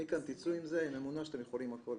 מכאן תצאו עם אמונה שאתם יכולים הכול.